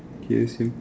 K same